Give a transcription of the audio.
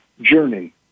journey